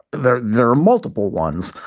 there there are multiple ones.